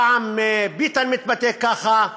פעם ביטן מתבטא ככה,